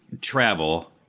travel